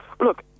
Look